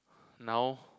now